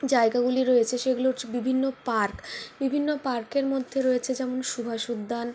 জায়গাগুলি রয়েছে সেগুলো হচ্ছে বিভিন্ন পার্ক বিভিন্ন পার্কের মধ্যে রয়েছে যেমন সুভাষ উদ্যান